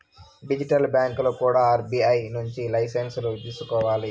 digital బ్యాంకులు కూడా RBI నుంచి లైసెన్సులు తీసుకోవాలి